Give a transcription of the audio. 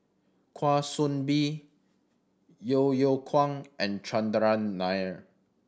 Kwa Soon Bee Yeo Yeow Kwang and Chandran Nair